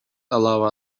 allow